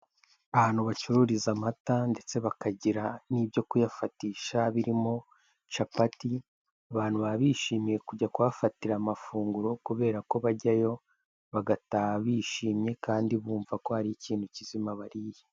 Ahantu bacururiza amata ndetse bakagira n'ibyo kuyafatisha birimo capati, abantu baba bishimiye kujya kuhafatira amafunguro kubera ko bajyayo bagataha bishimye, kandi bumva ko hari ikintu kizima bariye.